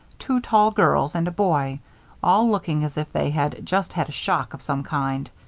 two tall girls, and a boy all looking as if they had just had a shock of some kind.